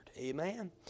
Amen